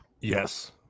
Yes